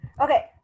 Okay